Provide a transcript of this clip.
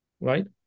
right